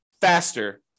faster